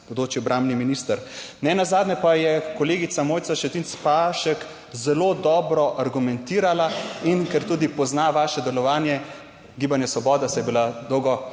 bodoči obrambni minister? Nenazadnje pa je kolegica Mojca Šetinc Pašek zelo dobro argumentirala. In ker tudi pozna vaše delovanje, Gibanja Svoboda, saj je bila dolgo